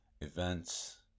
events